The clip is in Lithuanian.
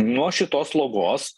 nuo šitos slogos